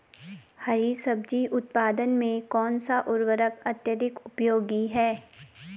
हरी सब्जी उत्पादन में कौन सा उर्वरक अत्यधिक उपयोगी है?